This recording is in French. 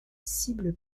cible